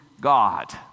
God